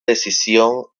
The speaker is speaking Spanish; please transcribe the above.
decisión